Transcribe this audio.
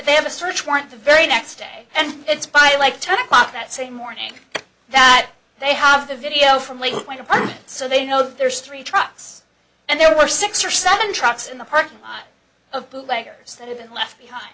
they have a search warrant the very next day and it's by like turn o'clock that same morning that they have the video from a white apartment so they know there's three trucks and there were six or seven trucks in the parking lot of bootleggers that had been left behind